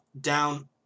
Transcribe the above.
down